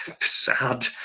sad